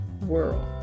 world